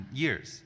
years